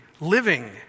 living